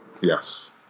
Yes